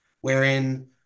wherein